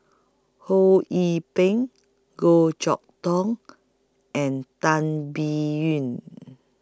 Ho Yee Ping Goh Chok Tong and Tan Biyun